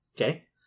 Okay